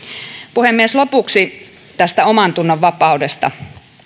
puhemies lopuksi tästä omantunnon vapaudesta